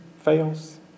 fails